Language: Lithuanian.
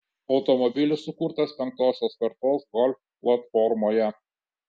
automobilis sukurtas penktosios kartos golf platformoje